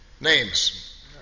names